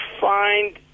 find